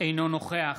אינו נוכח